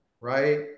right